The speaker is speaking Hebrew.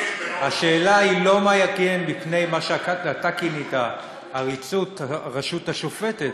השאלה היא לא מה יגן בפני מה שאתה כינית עריצות הרשות השופטת,